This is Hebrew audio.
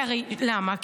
הרי למה?